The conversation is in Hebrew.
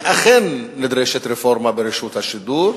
ואכן נדרשת רפורמה ברשות השידור.